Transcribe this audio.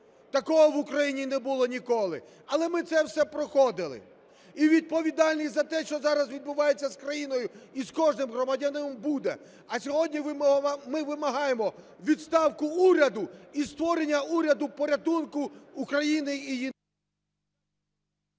Такого в Україні не було ніколи, але ми це все проходили. І відповідальність за те, що зараз відбувається з країною і з кожним громадянином, буде. А сьогодні ми вимагаємо відставку уряду і створення уряду порятунку України…